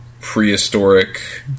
prehistoric